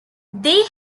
they